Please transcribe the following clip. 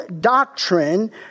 doctrine